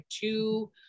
two